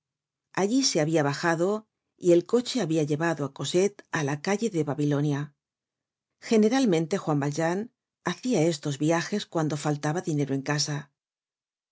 allí se habia bajado y el coche habia llevado á cosette á la calle de babilonia generalmente juan valjean hacia estos viajes cuando faltaba dinero en casa